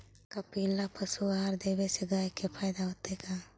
कपिला पशु आहार देवे से गाय के फायदा होतै का?